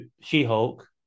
She-Hulk